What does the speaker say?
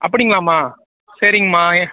அப்படிங்களாம்மா சரிங்கம்மா ஏ